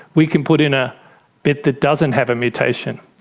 we can put in a bit that doesn't have a mutation.